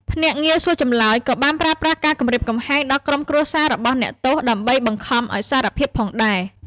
ភ្នាក់ងារសួរចម្លើយក៏បានប្រើប្រាស់ការគំរាមកំហែងដល់ក្រុមគ្រួសាររបស់អ្នកទោសដើម្បីបង្ខំឱ្យសារភាពផងដែរ។